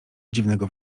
dziwnego